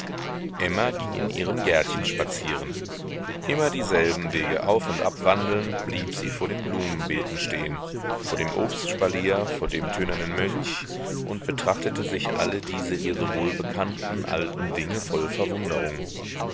emma ging in ihrem gärtchen spazieren immer dieselben wege auf und ab wandelnd blieb sie vor den blumenbeeten stehen vor dem obstspalier vor dem tönernen mönch und betrachtete sich alle diese ihr so wohlbekannten alten dinge voll verwunderung